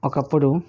ఒకప్పుడు